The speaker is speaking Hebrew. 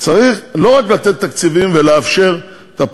צריך לא רק לתת תקציבים ולאפשר את הפעולות,